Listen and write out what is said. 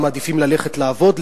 היו מעדיפים ללכת לעבוד,